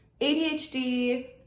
adhd